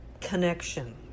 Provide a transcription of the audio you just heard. Connection